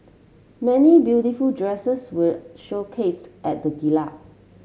many beautiful dresses were showcased at the